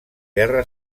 guerra